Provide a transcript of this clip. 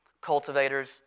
cultivators